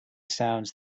sounds